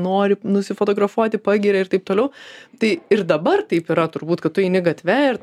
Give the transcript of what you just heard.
nori nusifotografuoti pagiria ir taip toliau tai ir dabar taip yra turbūt kad tu eini gatve ir